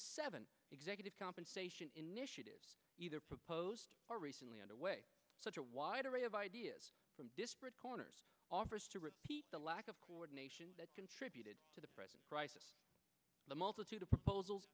seven executive compensation initiatives either proposed or recently under way such a wide array of ideas from disparate corners offers to repeat the lack of coordination that contributed to the present crisis the multitude of proposal